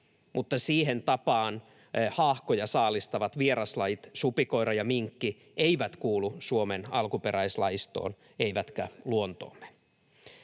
mutta siihen tapaan haahkoja saalistavat vieraslajit supikoira ja minkki eivät kuulu Suomen alkuperäislajistoon eivätkä luontoomme.